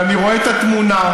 ואני רואה את התמונה,